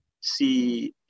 see